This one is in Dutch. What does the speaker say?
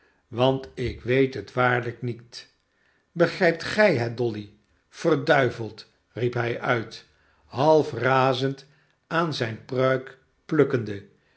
want ik weet het waarlijk niet begrijpt gij het dolly verduiveld riep hij uit half razend aan zijne pruik plukkende